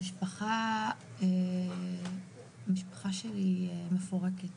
המשפחה שלי מפורקת,